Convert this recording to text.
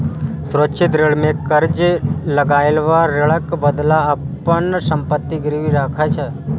सुरक्षित ऋण मे कर्ज लएबला ऋणक बदला अपन संपत्ति गिरवी राखै छै